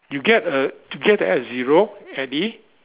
you get a to get to add a zero at it